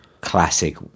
classic